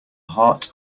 heart